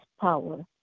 power